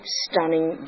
stunning